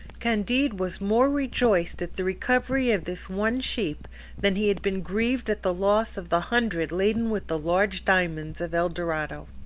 candide was more rejoiced at the recovery of this one sheep than he had been grieved at the loss of the hundred laden with the large diamonds of el dorado.